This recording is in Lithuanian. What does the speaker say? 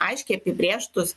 aiškiai apibrėžtus